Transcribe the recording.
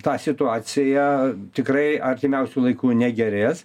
tą situaciją tikrai artimiausiu laiku negerės